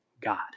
God